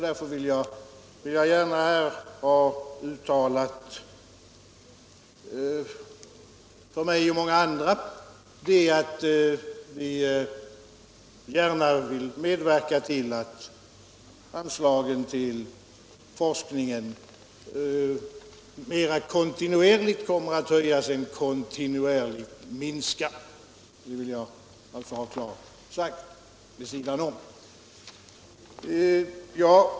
Därför vill jag gärna uttala — för mig och många andra — att vi skall medverka till att anslagen till forskningen snarare kontinuerligt kommer att öka än kontinuerligt minska. —- Det vill jag klart ha sagt, vid sidan om.